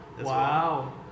Wow